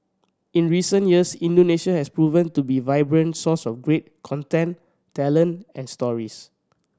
in recent years Indonesia has proven to be vibrant source of great content talent and stories